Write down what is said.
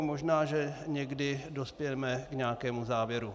Možná že někdy dospějeme k nějakému závěru.